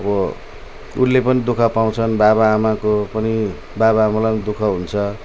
अब उसले पनि दुःख पाउँछन् बाबाआमाको पनि बाबाआमालाई पनि दुःख हुन्छ